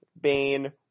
Bane